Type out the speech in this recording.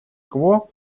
кво